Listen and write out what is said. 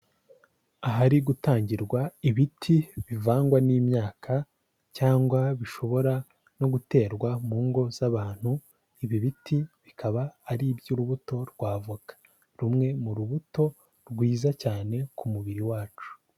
Ahari gutangirwa ibiti bivangwa n'imyaka cyangwa bishobora no guterwa mu ngo z'abantu, ibi biti bikaba ari iby'urubuto rwa avoka, rumwe mu rubuto rwiza cyane ku mubiri wacu.